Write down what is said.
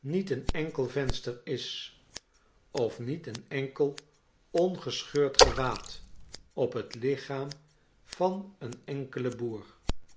niet een enkel venster is of niet een enkel ongescheurd gewaad op het lichaam van een enkelen boer